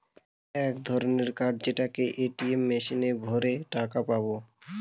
এক ধরনের কার্ড যেটাকে এ.টি.এম মেশিনে ভোরে টাকা পাবো